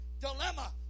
dilemma